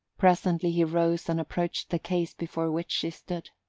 presently he rose and approached the case before which she stood.